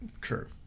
True